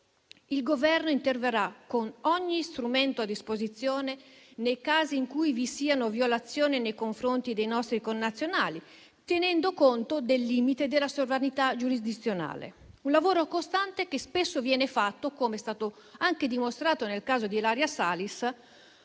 Il Governo interverrà con ogni strumento a disposizione nei casi in cui vi siano violazioni nei confronti dei nostri connazionali, tenendo conto del limite della sovranità giurisdizionale. È un lavoro costante quello che spesso viene fatto - come è stato anche dimostrato nel caso di Ilaria Salis